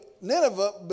Nineveh